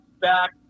back